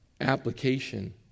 application